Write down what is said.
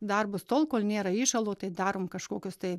darbus tol kol nėra įšalo tai darom kažkokius tai